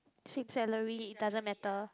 same salary it doesn't matter